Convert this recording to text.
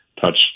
touched